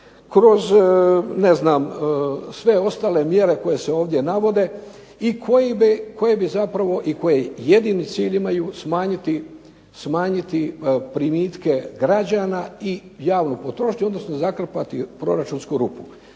znam sve ostale mjere koje se ovdje navode i koje jedini cilj imaju smanjiti primitke građana i javnu potrošnju, odnosno zakrpati proračunsku rupu.